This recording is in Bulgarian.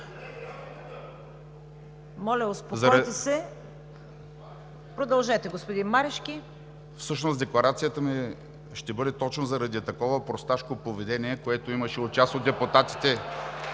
Моля, успокойте се! Продължете, господин Марешки. ВЕСЕЛИН МАРЕШКИ: Всъщност декларацията ми ще бъде точно заради такова просташко поведение, което имаше у част от депутатите